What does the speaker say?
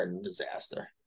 disaster